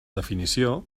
definició